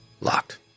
Locked